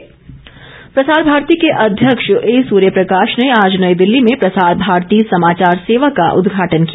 प्रसार भारती प्रसार भारती के अध्यक्ष ए सूर्यप्रकाश ने आज नई दिल्ली में प्रसार भारती समाचार सेवा का उद्घाटन किया